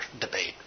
debate